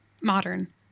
modern